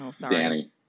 Danny